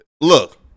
Look